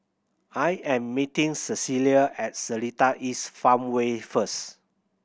I am meeting Cecilia at Seletar East Farmway first